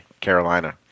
Carolina